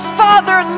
father